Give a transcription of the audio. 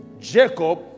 Jacob